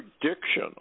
prediction